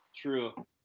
True